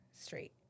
Straight